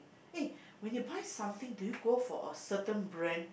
eh when you buy something do you go for a certain brand